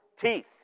teeth